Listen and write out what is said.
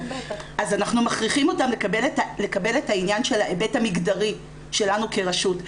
אז אנחנו מכריחים אותם לקבל את העניין של ההיבט המגדרי שלנו כרשות.